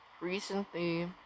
recently